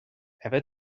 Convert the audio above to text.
ever